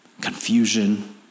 confusion